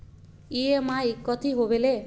EMI कथी होवेले?